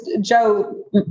Joe